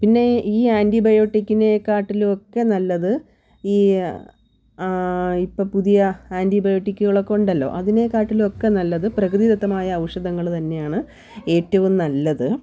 പിന്നെ ഈ ആൻറ്റി ബൈയോട്ടിക്കിനെക്കാട്ടിലും ഒക്കെ നല്ലത് ഈ ഇപ്പം പുതിയ ആൻറ്റി ബൈയോട്ടിക്കുകളൊക്കെ ഉണ്ടല്ലോ അതിനെക്കാട്ടിലും ഒക്കെ നല്ലത് പ്രകൃതി ദത്തമായ ഔഷധങ്ങൾ തന്നെയാണ് ഏറ്റവും നല്ലത്